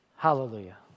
Hallelujah